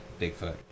Bigfoot